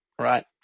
right